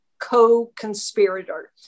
co-conspirator